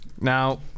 Now